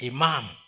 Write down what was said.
imam